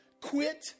quit